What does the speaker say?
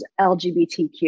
LGBTQ